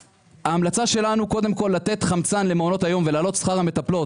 ההמלצה שלנו קודם כל לתת חמצן למעונות היום ולהעלות שכר המטפלות,